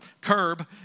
curb